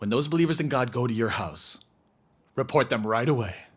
when those believers in god go to your house report them right away